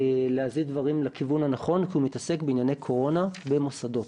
להזיז דברים לכיוון הנכון כי הוא מתעסק בענייני קורונה במוסדות.